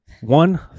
One